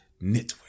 Network